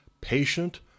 patient